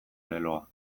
leloa